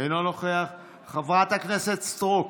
אינו נוכח, חברת הכנסת סטרוק,